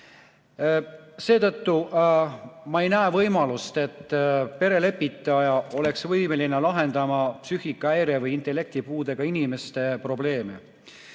Seetõttu ma ei näe võimalust, et perelepitaja oleks võimeline lahendama psüühikahäire või intellektipuudega inimeste probleeme.